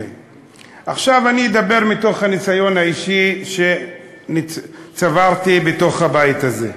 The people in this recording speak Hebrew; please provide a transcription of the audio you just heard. עכשיו אני אדבר מתוך הניסיון האישי שצברתי בתוך הבית הזה.